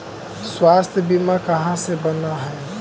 स्वास्थ्य बीमा कहा से बना है?